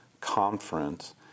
conference